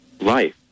life